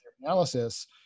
analysis